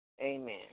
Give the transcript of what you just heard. Amen